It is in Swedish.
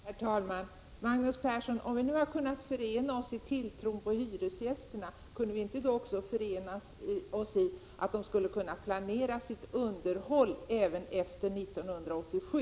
Herr talman! Magnus Persson, om vi nu har kunnat ena oss i tilltron på hyresgästerna, kunde vi inte då också enas om att de borde kunna planera sitt underhåll även efter 1987?